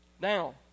Now